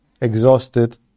exhausted